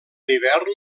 hivern